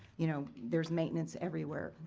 you know, there's maintenance everywhere.